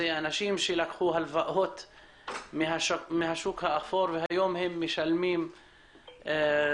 אנשים שלקחו הלוואות מהשוק האפור והיום הם משלמים את